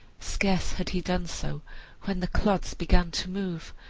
scarce had he done so when the clods began to move,